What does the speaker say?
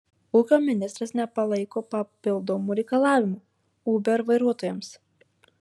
ūkio ministras nepalaiko papildomų reikalavimų uber vairuotojams